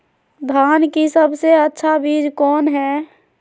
धान की सबसे अच्छा बीज कौन है?